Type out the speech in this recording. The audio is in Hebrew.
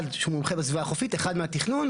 אחד שהוא מומחה בסביבה החופית ואחד מהתכנון.